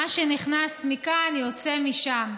מה שנכנס מכאן יוצא משם.